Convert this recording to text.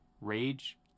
Rage